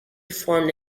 formed